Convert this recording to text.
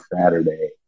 Saturday